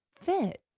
fit